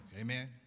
Amen